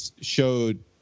showed